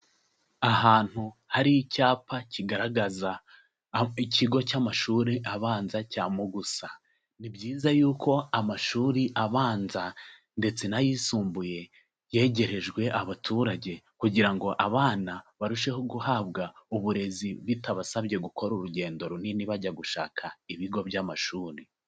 Ahantu hari icyapa kigaragaza ikigo cy'amashuri abanza cya Mugusa. Ni byiza yuko amashuri abanza ndetse n'ayisumbuye yegerejwe abaturage kugira ngo abana barusheho guhabwa uburezi bitabasabye gukora urugendo runini bajya gushaka ibigo by'amashuri.